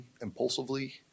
impulsively